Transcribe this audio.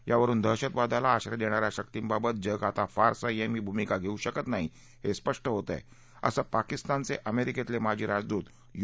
यावरुन दहशतवादाला आश्रय देणा या शक्तीबाबत जग आता फार संयमी भूमिका घेऊ शकत नाही हे स्पष्ट होतय असं पाकिस्तानचे अमेरिकेतले माजी राजदूत यू